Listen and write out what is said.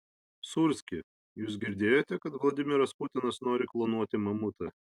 sūrski jūs girdėjote kad vladimiras putinas nori klonuoti mamutą